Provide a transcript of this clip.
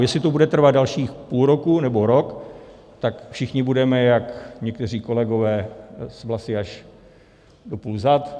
Jestli to bude trvat dalších půl roku nebo rok, tak všichni budeme jak... někteří kolegové s vlasy až do půl zad.